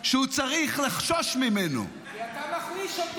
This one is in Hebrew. שהוא צריך לחשוש ממנו -- כי אתה מחליש אותו.